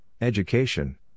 education